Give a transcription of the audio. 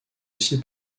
aussi